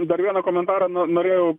dar vieną komentarą norėjau